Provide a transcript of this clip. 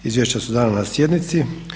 Izvješća su dana na sjednici.